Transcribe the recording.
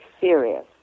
serious